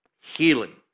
healing